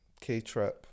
K-Trap